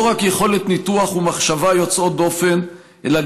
לא רק יכולת ניתוח ומחשבה יוצאות דופן אלא